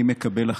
אני מקבל לחלוטין.